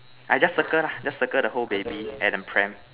I just circle lah just circle the whole baby and the pram